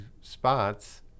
spots